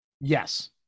Yes